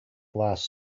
glass